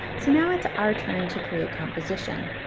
so now it's our turn to create composition.